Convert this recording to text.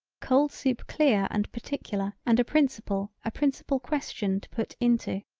cold soup clear and particular and a principal a principal question to put into.